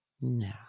No